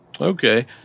Okay